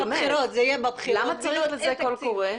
למה צריך קול קורא?